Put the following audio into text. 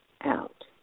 out